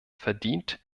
verdient